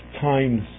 times